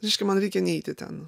reiškia man reikia neiti ten